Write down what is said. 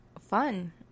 Fun